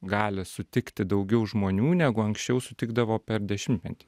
gali sutikti daugiau žmonių negu anksčiau sutikdavo per dešimtmetį